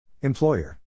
Employer